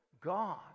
God